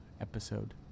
episode